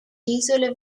isole